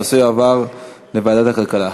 הנושא יועבר לוועדת הכלכלה.